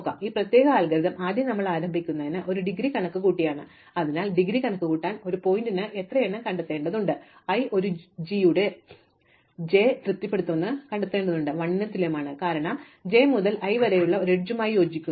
അതിനാൽ ഈ പ്രത്യേക അൽഗോരിതം ആദ്യം നമ്മൾ ആരംഭിക്കുന്നത് ഇൻ ഡിഗ്രി കണക്കുകൂട്ടിയാണ് അതിനാൽ ഡിഗ്രി കണക്കുകൂട്ടാൻ ഒരു ശീർഷകത്തിന് എത്രയെണ്ണം കണ്ടെത്തേണ്ടതുണ്ട് i ഒരു ജി യുടെ സ്വത്ത് എത്ര ജെ തൃപ്തിപ്പെടുത്തുന്നുവെന്ന് കണ്ടെത്തേണ്ടതുണ്ട് 1 ന് തുല്യമാണ് കാരണം ഇത് j മുതൽ i വരെയുള്ള ഒരു അരികുമായി യോജിക്കുന്നു